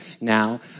now